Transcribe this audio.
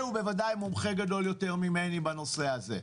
ובוודאי מומחה יותר גדול ממני בנושא הזה,